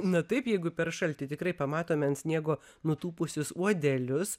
na taip jeigu per šaltį tikrai pamatome ant sniego nutūpusius uodelius